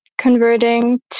converting